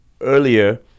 earlier